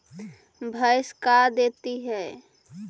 भैंस का देती है?